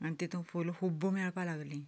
आनी तातूंन फुलां खूब मेळपाक लागली